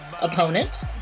Opponent